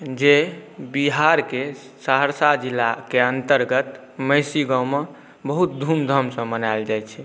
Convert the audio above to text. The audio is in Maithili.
जे बिहारके सहरसा जिलाके अन्तर्गत महिषी गाममे बहुत धूमधामसँ मनाएल जाइ छै